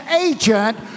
agent